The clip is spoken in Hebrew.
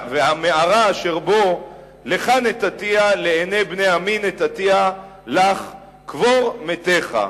והמערה אשר בו לך נתתיה לעיני בני עמי נתתיה לך קבר מתך.